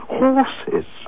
horses